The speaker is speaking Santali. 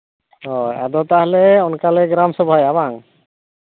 ᱦᱳᱭ ᱟᱫᱚ ᱛᱟᱦᱞᱮ ᱚᱱᱠᱟ ᱞᱮ ᱜᱨᱟᱢ ᱥᱚᱵᱷᱟᱭᱟ ᱵᱟᱝ